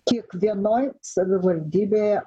kiekvienoj savivaldybėje